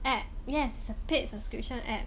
app yes it's a paid subscription app